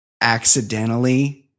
accidentally –